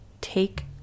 Take